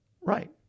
Right